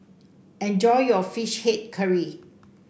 enjoy your fish head curry